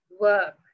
work